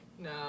No